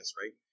right